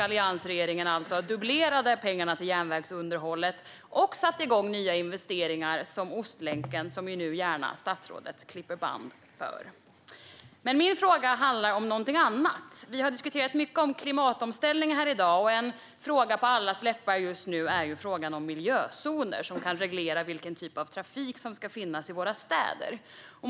Alliansregeringen dubblerade pengarna till järnvägsunderhållet och satte igång nya investeringar, som Ostlänken, som statsrådet nu gärna klipper band för. Men min fråga handlar om någonting annat. Vi har diskuterat klimatomställning mycket här i dag. En fråga som är på allas läppar just nu är ju frågan om miljözoner, som kan reglera vilken typ av trafik som ska finnas i våra städer.